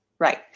Right